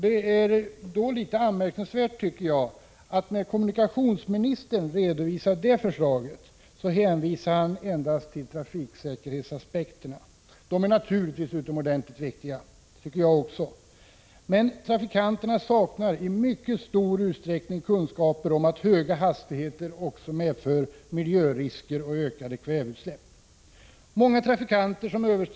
Det är då litet anmärkningsvärt, tycker jag, att när kommunikationsministern redovisade det förslaget, så hänvisade han endast till trafiksäkerhetsaspekterna. Dessa är naturligtvis utomordentligt viktiga. Det tycker jag också. Men trafikanterna saknar i mycket stor utsträckning kunskap om att höga hastigheter också medför miljörisker och ökade kväveutsläpp. Många trafikanter som överskrider Prot.